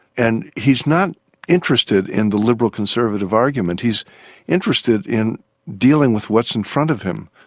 and he's not interested in the liberal conservative argument, he's interested in dealing with what's in front of him.